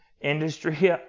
industry